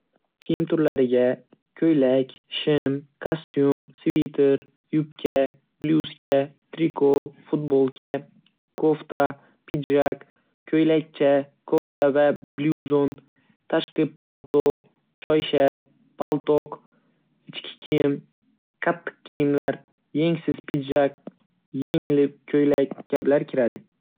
Kiyim turlariga: Ko‘ylak, shim, kostyum, sviter, yubka, bluzka, triko, futbolka, kofta, pidjak, ko‘ylakcha, kofta va bluzon, tashqi palto, choyshab, paltok, ichki kiyim, qattiq kiyimlar, yengsiz pidjak, yengli ko‘ylak kabilar kiradi.